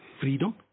Freedom